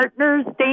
Partners